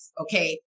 Okay